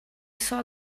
saw